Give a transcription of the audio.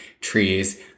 trees